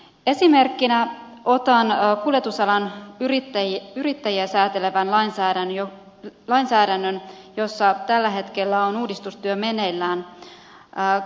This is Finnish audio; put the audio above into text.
esimerkkinä otan kuljetusalan yrittäjiä säätelevän lainsäädännön jossa tällä hetkellä on uudistustyö meneillään